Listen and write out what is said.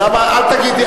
אל תגידי.